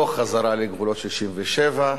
לא חזרה לגבולות 67'